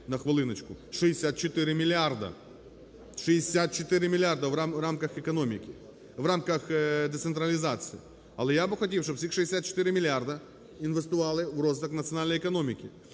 в рамках децентралізації. Але я би хотів, щоби цих 64 мільярда інвестували в розвиток національної економіки.